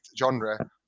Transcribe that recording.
genre